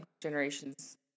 generations